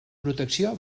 protecció